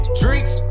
drinks